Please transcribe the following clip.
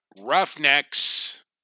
Roughnecks